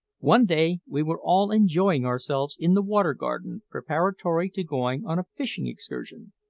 one day we were all enjoying ourselves in the water garden preparatory to going on a fishing excursion,